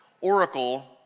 Oracle